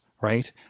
right